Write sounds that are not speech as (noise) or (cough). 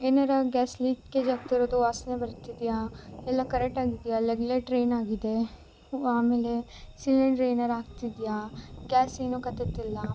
ಏನರ gas leakage ಆಗ್ತಿರೋದು ವಾಸನೆ ಬರ್ತಿದೆಯ ಎಲ್ಲ ಕರೆಟ್ಟಾಗಿದೆಯ (unintelligible) ಆಮೇಲೆ ಸಿಲಿಂಡ್ರ್ ಏನಾರು ಆಗ್ತಿದೆಯ ಗ್ಯಾಸ್ ಏನೊ (unintelligible)